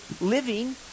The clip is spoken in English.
living